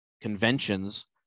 conventions